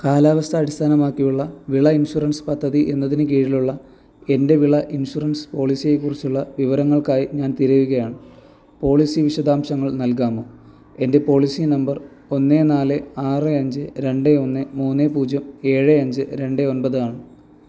കാലാവസ്ഥ അടിസ്ഥാനമാക്കിയുള്ള വിള ഇൻഷുറൻസ് പദ്ധതി എന്നതിന് കീഴിലുള്ള എൻ്റെ വിള ഇൻഷുറൻസ് പോളിസിയെക്കുറിച്ചുള്ള വിവരങ്ങൾക്കായി ഞാൻ തിരയുകയാണ് പോളിസി വിശദാംശങ്ങൾ നൽകാമോ എൻ്റെ പോളിസി നമ്പർ ഒന്ന് നാല് ആറ് അഞ്ച് രണ്ട് ഒന്ന് മൂന്ന് പൂജ്യം ഏഴ് അഞ്ച് രണ്ട് ഒൻപത് ആണ്